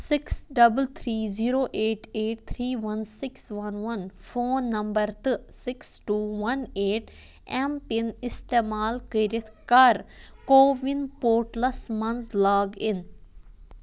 six double three zero eight eight three one six one one phone number تہٕ six two one eight M pin اِستعمال کٔرِتھ کَر CoWIN portals مَنٛز log in